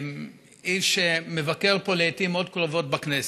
איש שמבקר פה לעיתים מאוד קרובות, בכנסת,